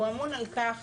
הוא אמון על כך